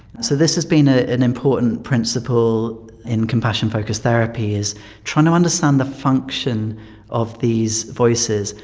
so this has been ah an important principle in compassion focused therapy, is trying to understand the function of these voices.